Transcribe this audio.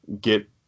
get